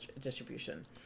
distribution